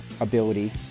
ability